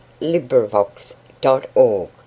LibriVox.org